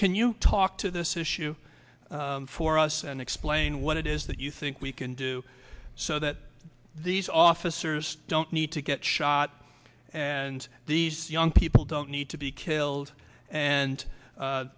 can you talk to this issue for us and explain what it is that you think we can do so that these officers don't need to get shot and these young people don't need to be killed and